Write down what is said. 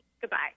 Goodbye